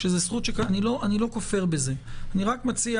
אני רק מציע,